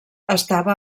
estava